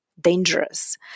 dangerous